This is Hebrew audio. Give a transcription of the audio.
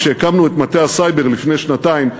כשהקמנו את מטה הסייבר לפני שנתיים,